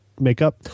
makeup